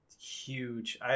huge